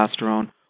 testosterone